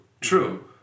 true